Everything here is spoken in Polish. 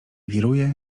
wiruje